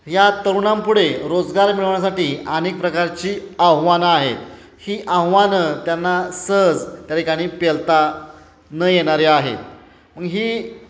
या तरुणांपुढे रोजगार मिळवण्यासाठी अनेक प्रकारची आव्हानं आहेत ही आव्हानं त्यांना सहज त्या ठिकाणी पेलता न येणारी आहे मग ही